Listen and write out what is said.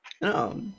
No